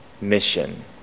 mission